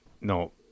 No